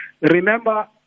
Remember